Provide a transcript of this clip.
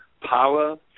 power